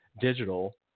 digital